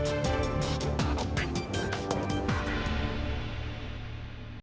Дякую,